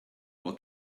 wore